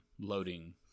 loading